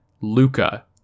luca